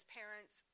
parents